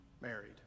married